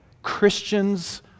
Christians